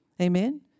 Amen